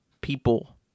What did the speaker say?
people